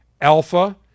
alpha